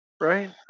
right